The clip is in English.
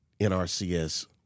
NRCS